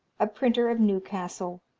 a printer of newcastle,